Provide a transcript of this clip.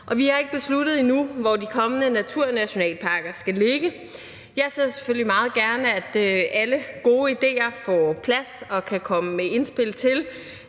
vi har ikke besluttet endnu, hvor de kommende naturnationalparker skal ligge. Jeg ser selvfølgelig meget gerne, at alle gode idéer får plads, så der kan komme indspil til,